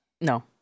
No